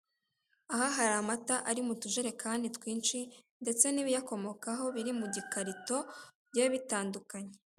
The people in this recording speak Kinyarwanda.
Aha hari amata ari mu tujerekani twinshi ndetse n'ibiyakomokaho biri mu gikarito bigiye bitandukanye.